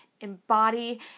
embody